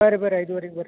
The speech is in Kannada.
ಬನ್ರಿ ಬನ್ರಿ ಐದುವರೆಗ್ ಬನ್ರಿ